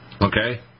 Okay